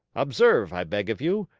observe, i beg of you,